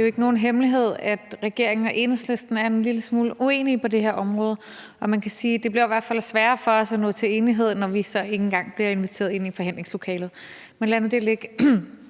jo ikke nogen hemmelighed, at regeringen og Enhedslisten er en lille smule uenige på det her område, og man kan sige, at det jo i hvert fald bliver sværere for os at nå til enighed, når vi så ikke engang bliver inviteret ind i forhandlingslokalet. Men lad nu det ligge.